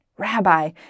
Rabbi